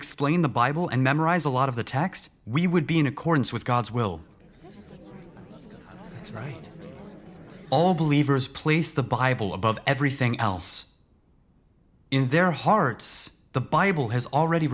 explain the bible and memorize a lot of the text we would be in accordance with god's will that's right all believers place the bible above everything else in their hearts the bible has already